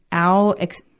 our ex,